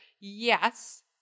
Yes